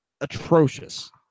atrocious